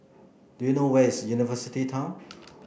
do you know where is University Town